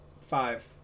five